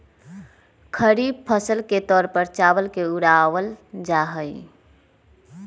खरीफ फसल के तौर पर चावल उड़ावल जाहई